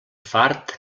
fart